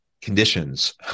conditions